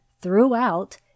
throughout